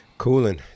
Cooling